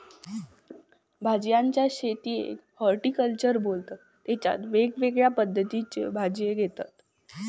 भाज्यांच्या शेतीयेक हॉर्टिकल्चर बोलतत तेच्यात वेगवेगळ्या पद्धतीच्यो भाज्यो घेतत